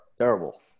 terrible